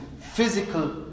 physical